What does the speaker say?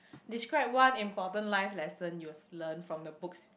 describe one important life lesson you've learnt from the books